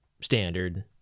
standard